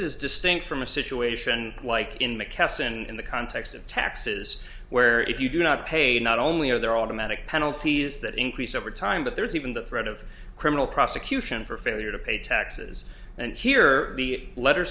is distinct from a situation like in mckesson in the context of taxes where if you do not pay not only are there automatic penalties that increase over time but there's even the threat of criminal prosecution for failure to pay taxes and here the letter